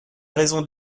raison